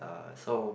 uh so